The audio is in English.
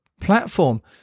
platform